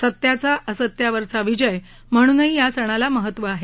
सत्याचा असत्यावरचा विजय म्हणूनही या सणाला महत्त्वं आहे